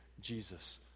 Jesus